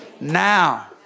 now